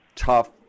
tough